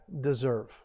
deserve